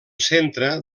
centre